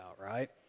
right